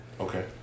Okay